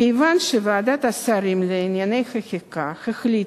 כיוון שוועדת שרים לענייני חקיקה החליטה,